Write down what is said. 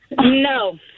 no